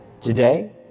today